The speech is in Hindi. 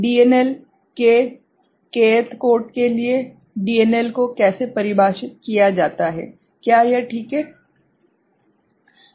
DNL k k th code के लिए DNL DNL k DNL for k th codeको कैसे परिभाषित किया जाता है क्या यह ठीक है सही है